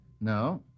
No